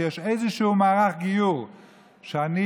יש איזשהו מערך גיור שאני,